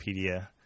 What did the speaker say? Wikipedia